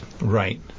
Right